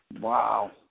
Wow